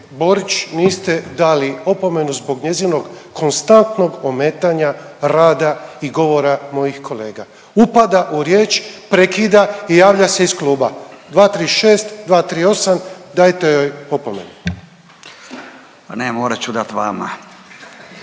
Borić niste dali opomenu zbog njezinog konstantnog ometanja rada i govora mojih kolega, upada u riječ, prekida i javlja se iz kluba, 236., 238., dajte joj opomenu. **Radin,